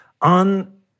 on